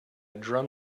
drum